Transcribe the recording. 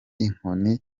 inkoni